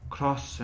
Cross